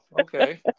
Okay